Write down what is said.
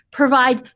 provide